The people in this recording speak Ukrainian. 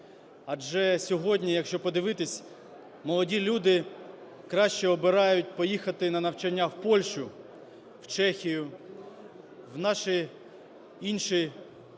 Адже сьогодні, якщо подивитись, молоді люди краще обирають поїхати на навчання в Польщу, в Чехію, в інші, сусідні країни,